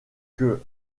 que